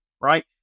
Right